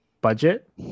budget